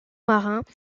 marins